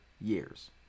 years